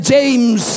James